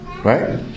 Right